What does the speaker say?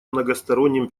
многосторонним